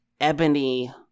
ebony